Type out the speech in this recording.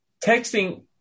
texting